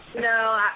No